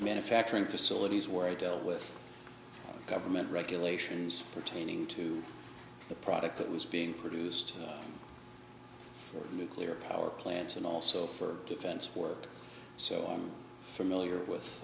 manufacturing facilities where i dealt with government regulations pertaining to the product that was being produced for nuclear power plants and also for defense work so on for miller with